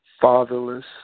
fatherless